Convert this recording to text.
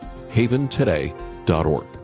haventoday.org